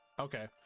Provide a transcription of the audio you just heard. Okay